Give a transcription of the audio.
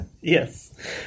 Yes